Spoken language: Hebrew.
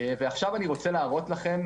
אני רוצה להראות לכם